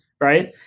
Right